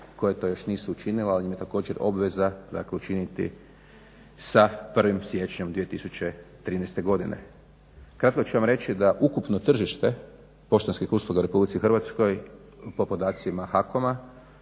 koje to još nisu učinile ali im je također obveza dakle učiniti sa 1. siječnjem 2013. godine. Tako ću vam reći da ukupno tržište poštanskih usluga u RH podacima HAKOM-a